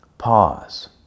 Pause